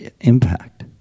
impact